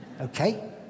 okay